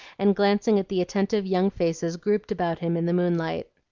and glancing at the attentive young faces grouped about him in the moonlight.